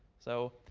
so,